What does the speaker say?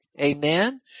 amen